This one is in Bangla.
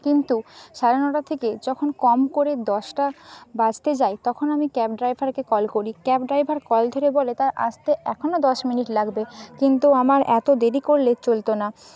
কিন্তু সাড়ে নটা থেকে যখন কম করে দশটা বাজতে যায় তখন আমি ক্যাব ড্রাইভারকে কল করি ক্যাব ড্রাইভার কল ধরে বলে তার আসতে এখনও দশ মিনিট লাগবে কিন্তু আমার এতো দেরি করলে চলতো না